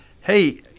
Hey